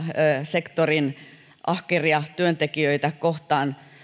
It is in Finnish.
sektorin ahkeria työntekijöitä kohtaan